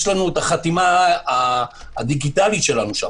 יש החתימה הדיגיטלית של המרשם,